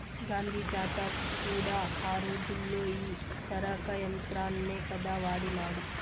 గాంధీ తాత కూడా ఆ రోజుల్లో ఈ చరకా యంత్రాన్నే కదా వాడినాడు